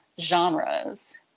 genres